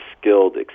skilled